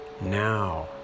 Now